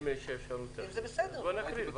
אם יש אפשרות, בבקשה.